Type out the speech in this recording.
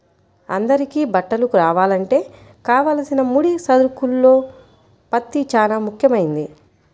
అందరికీ బట్టలు రావాలంటే కావలసిన ముడి సరుకుల్లో పత్తి చానా ముఖ్యమైంది